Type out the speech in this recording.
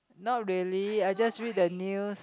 not really I just read the news